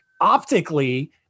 optically